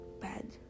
bad